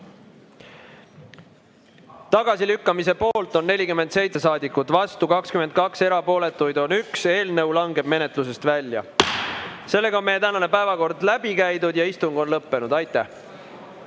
Tagasilükkamise poolt on 47 saadikut, vastu 22, erapooletuid on 1. Eelnõu langeb menetlusest välja. Meie tänane päevakord on läbi käidud ja istung on lõppenud. Aitäh,